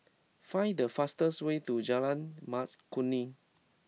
find the fastest way to Jalan Mas Kuning